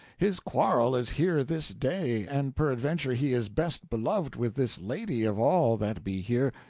his quarrel is here this day, and peradventure he is best beloved with this lady of all that be here,